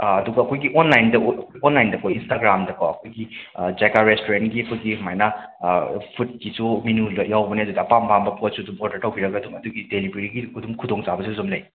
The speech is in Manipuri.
ꯑꯗꯨꯒ ꯑꯩꯈꯣꯏꯒꯤ ꯑꯣꯟꯂꯥꯏꯟꯗ ꯑꯣ ꯑꯣꯟꯂꯥꯏꯟꯗ ꯑꯩꯈꯣꯏ ꯏꯟꯁꯇꯥꯒ꯭ꯔꯥꯝꯗꯀꯣ ꯑꯩꯈꯣꯏꯒꯤ ꯖꯥꯏꯀꯥ ꯔꯦꯁꯇꯨꯔꯦꯟꯒꯤ ꯑꯩꯈꯣꯏꯒꯤ ꯁꯨꯃꯥꯏꯅ ꯐꯨꯠꯀꯤꯁꯨ ꯃꯤꯅꯨꯗ ꯌꯥꯎꯕꯅꯦ ꯑꯗꯨꯗ ꯑꯄꯥꯝ ꯑꯄꯥꯝꯕ ꯄꯣꯠꯁꯨ ꯑꯗꯨꯝ ꯑꯣꯔꯗꯔ ꯇꯧꯕꯤꯔꯒ ꯑꯗꯨꯝ ꯑꯗꯨꯒꯤ ꯗꯦꯂꯤꯕꯔꯤꯒꯤ ꯑꯗꯨꯝ ꯈꯗꯣꯡꯆꯥꯕꯁꯤꯁꯨ ꯂꯩ